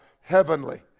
heavenly